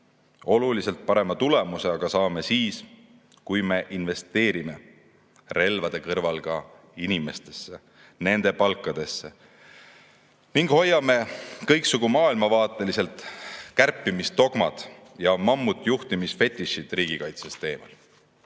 Oluliselt parema tulemuse saame aga siis, kui me investeerime relvade kõrval ka inimestesse ja nende palkadesse ning hoiame kõiksugu maailmavaatelised kärpimisdogmad ja mammutjuhtimisfetišid riigikaitsest eemal.